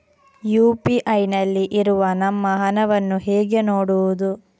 UPI ನಲ್ಲಿ ಇರುವ ನಮ್ಮ ಹಣವನ್ನು ಹೇಗೆ ನೋಡುವುದು?